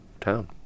town